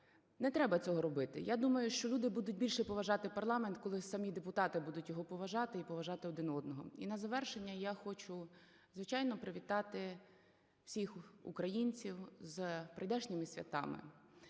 Не треба цього робити. Я думаю, що люди будуть більше поважати парламент, коли самі депутати будуть його поважати і поважати один одного. І на завершення я хочу звичайно привітати всіх українців з прийдешніми святами.